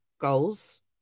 goals